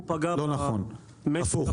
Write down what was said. הוא פגע --- לא נכון, הפוך.